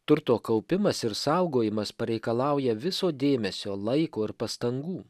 turto kaupimas ir saugojimas pareikalauja viso dėmesio laiko ir pastangų